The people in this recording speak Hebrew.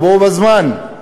בו-בזמן,